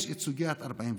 יש את סוגיית 48',